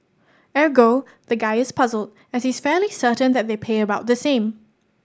ergo the guy is puzzled as he's fairly certain that they pay about the same